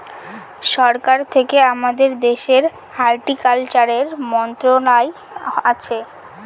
সরকার থেকে আমাদের দেশের হর্টিকালচারের মন্ত্রণালয় আছে